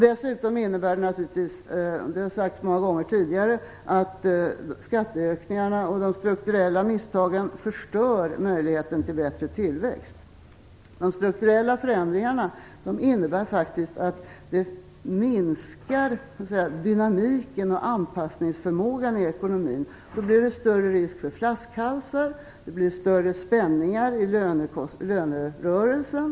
Dessutom innebär den naturligtvis - det har sagts många gånger tidigare - att skatteökningarna och de strukturella misstagen förstör möjligheten till bättre tillväxt. De strukturella förändringarna innebär att dynamiken och anpassningsförmågan i ekonomin minskar. Då blir det större risk för flaskhalsar. Det blir större spänningar i lönerörelsen.